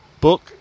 Book